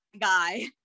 guy